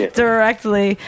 directly